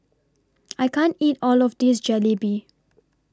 I can't eat All of This Jalebi